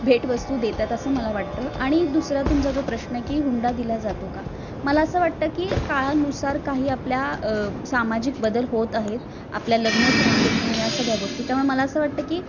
भेटवस्तू देतात असं मला वाटतं आणि दुसरा तुमचा जो प्रश्न की हुंडा दिला जातो का मला असं वाटतं की काळानुसार काही आपल्या सामाजिक बदल होत आहेत आपल्या लग्नसंस्थेत किंवा या सगळ्या गोष्टी त्यामुळे मला असं वाटतं की